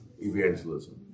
evangelism